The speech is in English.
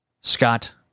Scott